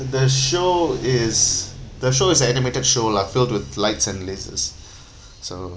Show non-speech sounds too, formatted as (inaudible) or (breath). the show is the show is animated show lah filled with lights and lasers (breath) so